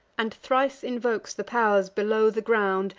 and thrice invokes the pow'rs below the ground.